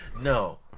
No